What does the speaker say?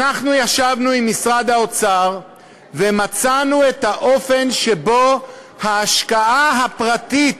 אנחנו ישבנו עם משרד האוצר ומצאנו את האופן שבו ההשקעה הפרטית